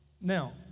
Now